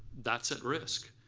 that's at risk.